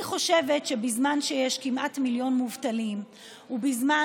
אני חושבת שבזמן שיש כמעט מיליון מובטלים ובזמן